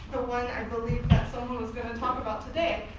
the one i believe that someone was going to talk about today,